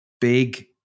big